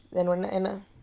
then